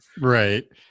Right